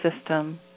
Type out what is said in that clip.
system